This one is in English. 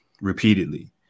repeatedly